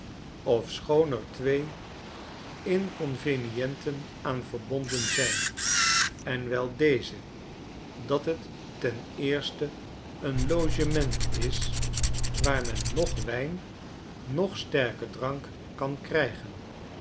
ofschoon er twee inconvenienten aan verbonden zijn en wel deze dat het ten eerste een logement is waar men noch wijn noch sterken drank kan krijgen